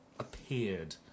appeared